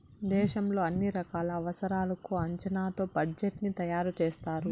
దేశంలో అన్ని రకాల అవసరాలకు అంచనాతో బడ్జెట్ ని తయారు చేస్తారు